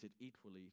equally